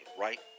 right